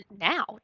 now